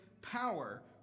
power